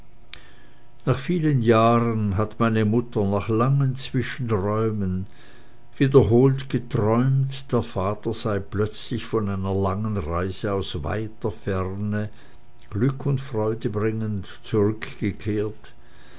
nach vielen jahren hat meine mutter nach langen zwischenräumen wiederholt geträumt der vater sei plötzlich von einer langen reise aus weiter ferne glück und freude bringend zurückgekehrt